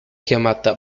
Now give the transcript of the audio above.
chiamata